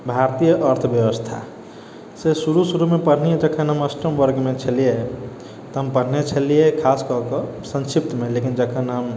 भारतीय अर्थव्यवस्था से शुरू शुरूमे पढ़ली जखन हम अष्टम वर्गमे छलियै तऽ हम पढ़ने छलियै खास कै के संक्षिप्तमे लेकिन जखन हम